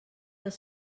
els